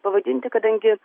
pavadinti kadangi